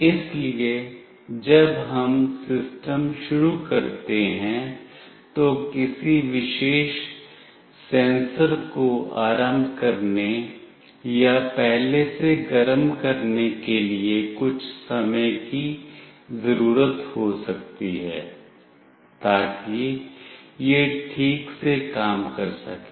इसलिए जब हम सिस्टम शुरू करते हैं तो किसी विशेष सेंसर को आरंभ करने या पहले से गरम करने के लिए कुछ समय की ज़रूरत हो सकती है ताकि यह ठीक से काम कर सके